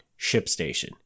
ShipStation